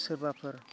सोरबाफोर